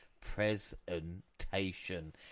presentation